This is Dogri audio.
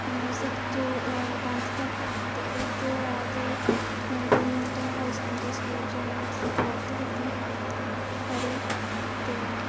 में सिक्स्थ टू टेन्थ तक्क में गौरमेंट हायर सकैंडरी स्कूल च अलेवन्थ ते टवेल्थ कीती पढ़ी ते